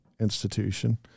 institution